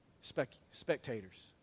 spectators